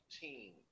team